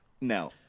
No